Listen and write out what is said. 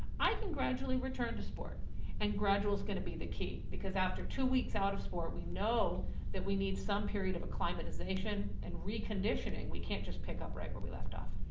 i can gradually return to sport and gradual is gonna be the key because after two weeks out of sport, we know that we need some period of acclimatization and reconditioning, we can't just pick up right where we left off.